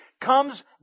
comes